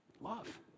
Love